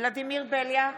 ולדימיר בליאק,